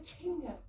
kingdom